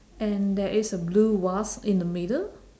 and there is a blue vase in the middle